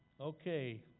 okay